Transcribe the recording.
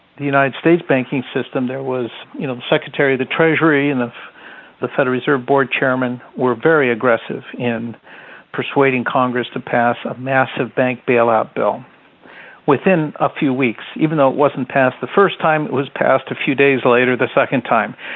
the united states banking system, there was. you know, the secretary of the treasury and the the federal reserve board chairman were very aggressive in persuading congress to pass a massive bank bailout bill within a few weeks even though it wasn't passed the first time, it was passed a few days later, the second time.